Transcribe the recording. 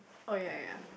oh ya ya ya